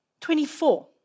24